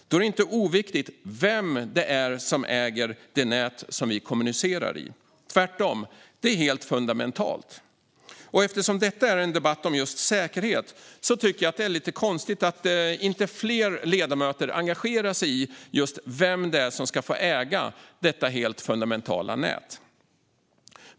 Då är det inte oviktigt vem som äger det nät som vi kommunicerar i. Tvärtom är det helt fundamentalt. Eftersom detta är en debatt om just säkerhet tycker jag att det är konstigt att inte fler ledamöter engagerar sig i vem som ska få äga detta helt fundamentala nät.